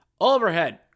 Overhead